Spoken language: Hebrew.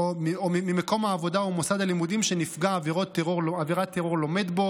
ממקום העבודה או ממוסד הלימודים שנפגע עבירת טרור לומד בו,